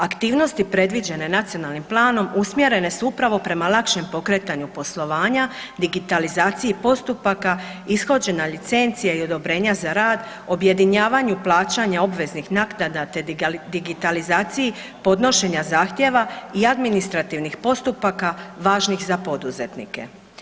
Aktivnosti predviđene nacionalnim planom usmjerene su upravo prema lakšem pokretanju poslovanja, digitalizaciji postupaka, ishođenja licenci i odobrenja za rad, objedinjavanju plaćanja obveznih naknada te digitalizaciji podnošenja zahtjeva i administrativnih postupaka važnih za poduzetnike.